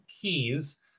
Keys